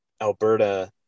Alberta